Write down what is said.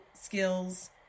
skills